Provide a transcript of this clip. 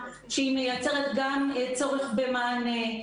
היא מייצרת גם צורך במענה.